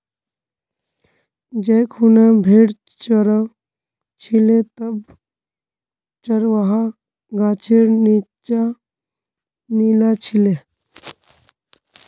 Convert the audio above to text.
जै खूना भेड़ च र छिले तब चरवाहा गाछेर नीच्चा नीना छिले